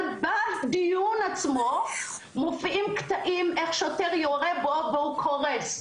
אבל בדיון עצמו מופיעים קטעים איך שוטר יורה בו והוא קורס.